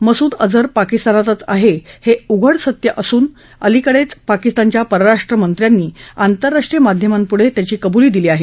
मसुद अजहर पाकिस्तानातच आहे हे उघड सत्य असून अलीकडेच पाकिस्तानच्या परराष्ट्र मंत्र्यांनी आंतरराष्ट्रीय माध्यमांपुढं त्याची कबुली दिली आहे